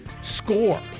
score